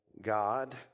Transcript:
God